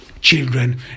children